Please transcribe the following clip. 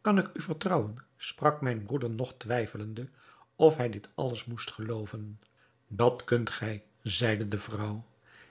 kan ik u vertrouwen sprak mijn broeder nog twijfelende of hij dit alles moest gelooven dat kunt gij zeide de vrouw